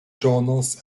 journals